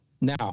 Now